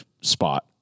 spot